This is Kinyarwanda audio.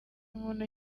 muntu